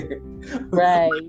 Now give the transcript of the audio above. Right